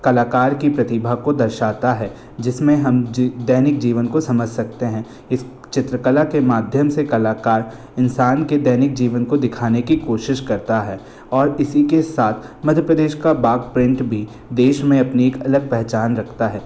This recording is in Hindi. कलाकार की प्रतिभा को दर्शाता है जिसमे हम जी दैनिक जीवन को समझ सकते हैं इस चित्रकला के माध्यम से कलाकार इंसान के दैनिक जीवन को दिखाने की कोशिश करता है और इसी के साथ मध्य प्रदेश का बाघ प्रिंट भी देश में अपनी एक अलग पहचान रखता है